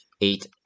eight